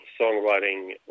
songwriting